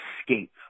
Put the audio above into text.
escape